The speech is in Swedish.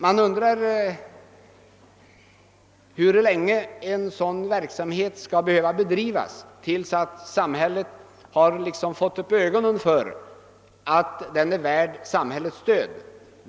Man undrar hur länge en sådan verksamhet skall behöva bedrivas innan samhället får upp ögonen för att den är värd dess stöd.